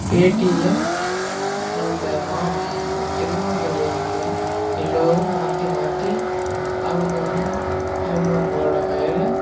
வேட்டியில் அந்த மா திருமாங்கல்யங்களை எல்லோரும் மாற்றி மாற்றி அவங்கவுங்க அவங்கவுங்களோடய கயிறை